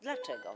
Dlaczego?